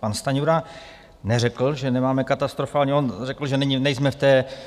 Pan Stanjura neřekl, že nemáme katastrofální, on řekl, že nejsme v